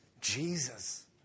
Jesus